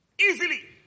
Easily